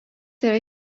yra